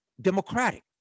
democratic